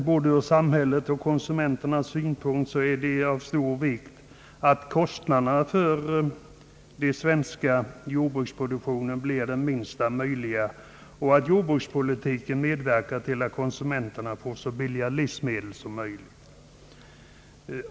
Både ur samhällets och ur konsumenternas synpunkt är det emellertid självklart också av stor vikt att kostnaderna för den svenska jordbruksproduktionen blir de minsta möjliga och att jordbrukspolitiken medverkar till att konsumenterna får så billiga livsmedel som möjligt.